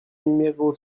numéro